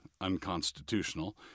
unconstitutional